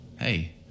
hey